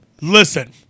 Listen